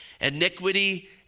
iniquity